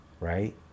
right